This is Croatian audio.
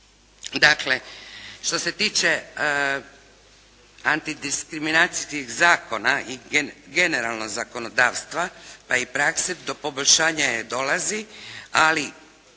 Dakle, što se tiče antidiskriminacijskih zakona i generalno zakonodavstva pa i prakse do poboljšanja dolazi. Ali